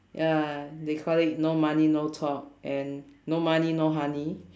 ya they call it no money no talk and no money no honey